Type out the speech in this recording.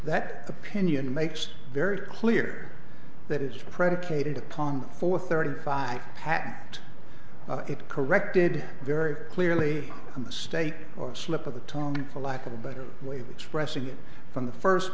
that opinion makes very clear that it is predicated upon for thirty five pact it corrected very clearly a mistake or a slip of the tongue for lack of a better way of expressing it from the first